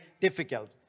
difficult